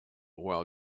while